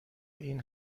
این